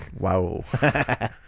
Wow